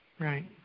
Right